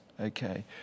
Okay